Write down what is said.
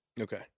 Okay